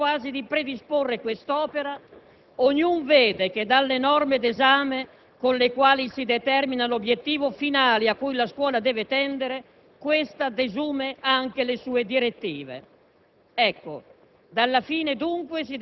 non possono fare a meno di informare di sé e quasi di predisporre quest'opera, ognun vede che dalle norme d'esame, con le quali si determina l'obiettivo finale a cui la scuola deve tendere, questa desume anche le sue direttive».